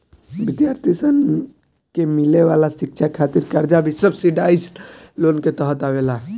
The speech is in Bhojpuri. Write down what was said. विद्यार्थी सन के मिले वाला शिक्षा खातिर कर्जा भी सब्सिडाइज्ड लोन के तहत आवेला